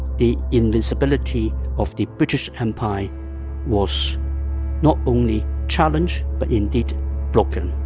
the invincibility of the british empire was not only challenged but indeed broken